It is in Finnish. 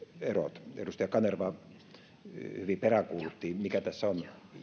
erot edustaja kanerva hyvin peräänkuulutti mikä tässä on